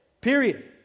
period